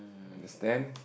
understand